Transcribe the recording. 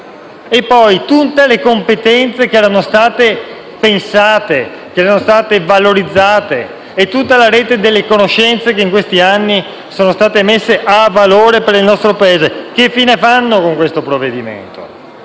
tutte le competenze che erano state pensate e valorizzate e tutta la rete delle conoscenze che in questi anni sono state messe a valore per il nostro Paese, che fine fanno con questo provvedimento?